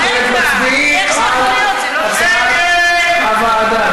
--- אנחנו מצביעים על הצעת הוועדה.